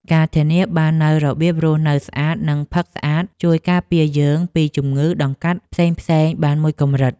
ការធានាបាននូវរបៀបរស់នៅស្អាតនិងផឹកស្អាតជួយការពារយើងពីជំងឺដង្កាត់ផ្សេងៗបានមួយកម្រិត។